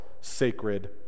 sacred